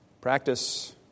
Practice